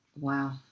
Wow